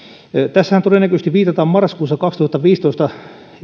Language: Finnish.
tässähän todennäköisesti viitataan marraskuun kaksituhattaviisitoista